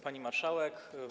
Pani Marszałek!